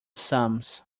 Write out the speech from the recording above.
sums